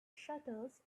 shutters